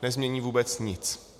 Nezmění vůbec nic.